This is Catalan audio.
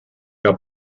que